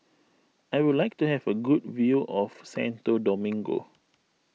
I would like to have a good view of Santo Domingo